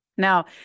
Now